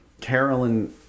Carolyn